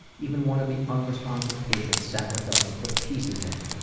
even one of the unresponsive patients sat with us and put pieces in,